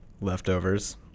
Leftovers